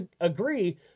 agree